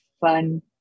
fun